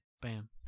Bam